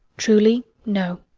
truly, no.